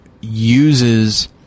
uses